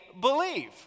believe